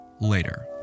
later